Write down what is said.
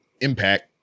Impact